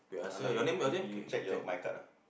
ah now you you check your my card lah